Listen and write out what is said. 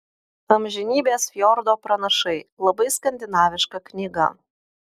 amžinybės fjordo pranašai labai skandinaviška knyga